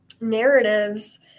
narratives